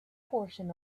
portion